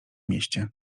mieście